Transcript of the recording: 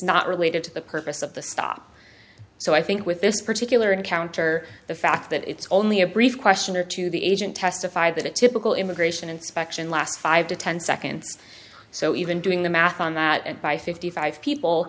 not related to the purpose of the stop so i think with this particular encounter the fact that it's only a brief question or two the agent testified that a typical immigration inspection last five to ten seconds so even doing the math on that and by fifty five people